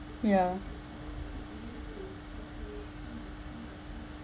yeah